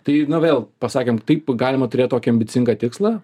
tai vėl pasakėm taip galima turėt tokį ambicingą tikslą